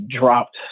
dropped